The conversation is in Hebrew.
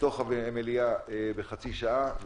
לתוך המליאה בחצי שעה.